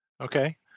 Okay